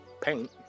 paint